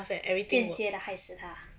间接的害死他